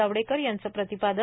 जावडेकर यांचं प्रतिपादन